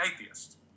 atheist